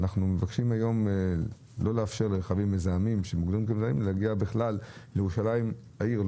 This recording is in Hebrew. אנחנו מבקשים היום לא לאפשר לרכבים מזהמים להגיע בכלל לירושלים העיר,